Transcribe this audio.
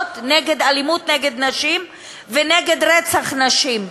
נגד אלימות נגד נשים ונגד רצח נשים.